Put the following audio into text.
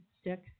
stick